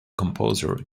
composer